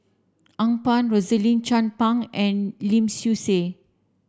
Phang Rosaline Chan Pang and Lim Swee Say